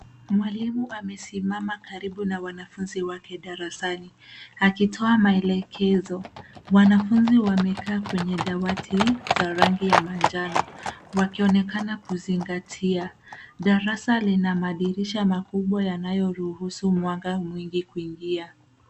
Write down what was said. Mwalimu amesimama karibu na wanafunzi wake darasani, akitoa maelekezo. Wanafunzi wamekaa kwenye dawati za rangi ya manjano wakionekana kuzingatia. Darasa lina madirisha makubwa yanayo ruhusu mwanga mwingi kuingia.